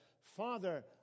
Father